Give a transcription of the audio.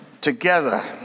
together